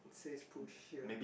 says push here